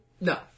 No